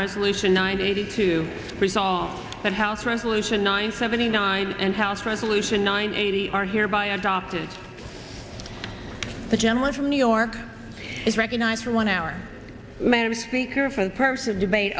resolution nine eighty two resolved that house resolution nine seventy nine and house resolution nine eighty are hereby adopted the gentleman from new york is recognized for one hour man speaker for the p